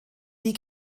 die